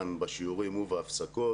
בשיעורים ובהפסקות,